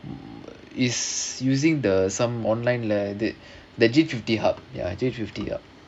is using the some online leh the the G fifty hub ya G fifty hub